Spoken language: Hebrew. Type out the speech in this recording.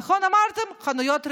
אמרתם: חנויות רחוב,